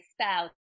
spouse